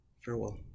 farewell